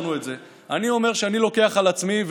אני אומר שאני לוקח על עצמי,